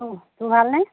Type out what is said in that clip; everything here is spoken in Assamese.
অ তোৰ ভালনে